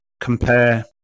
compare